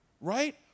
Right